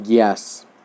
Yes